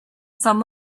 some